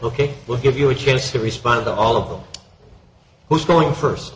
ok we'll give you a chance to respond to all of them who's going first